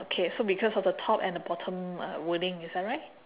K so because of the top and the bottom uh wording is that right